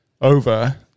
over –